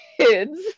kids